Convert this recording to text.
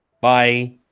Bye